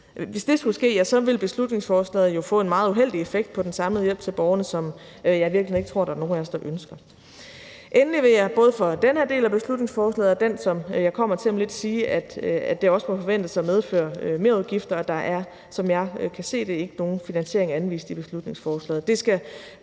Hvis det skulle ske, ja, så vil beslutningsforslaget jo få en meget uheldig effekt på den samlede hjælp til borgerne, som jeg i virkeligheden ikke tror der er nogen af os, der ønsker. Endelig vil jeg både i forhold til den her del af beslutningsforslaget og den, som jeg kommer til om lidt, sige, at det også må forventes at medføre merudgifter, og der er, som jeg kan se det, ikke nogen finansiering anvist i beslutningsforslaget,